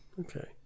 Okay